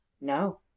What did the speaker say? No